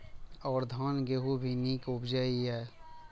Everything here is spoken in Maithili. और धान गेहूँ भी निक उपजे ईय?